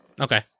Okay